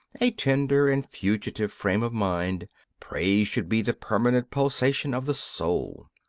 a tender and fugitive frame of mind praise should be the permanent pulsation of the soul.